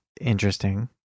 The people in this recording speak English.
interesting